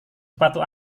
sepatu